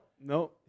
no